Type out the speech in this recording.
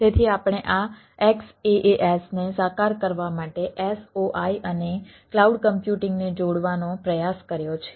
તેથી આપણે આ XaaS ને સાકાર કરવા માટે SOI અને ક્લાઉડ કમ્પ્યુટિંગને જોડવાનો પ્રયાસ કર્યો છે